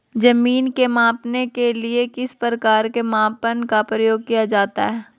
जमीन के मापने के लिए किस प्रकार के मापन का प्रयोग किया जाता है?